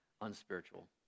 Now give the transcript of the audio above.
unspiritual